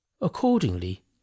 accordingly